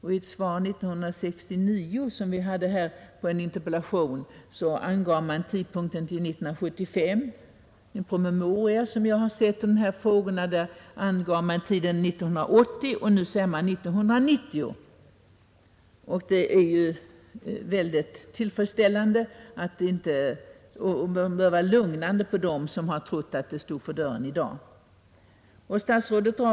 och i ett interpellationssvar 1969 angav man tidpunkten till 1975. I en promemoria i dessa frågor som jag sett angav man tidpunkten till 1980, och nu säger man 1990. Detta är ytterst tillfredsställande och lugnande för dem som trott att frågan om en upparbetningsanläggning kunde vara aktuell i dag.